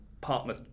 partner